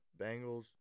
Bengals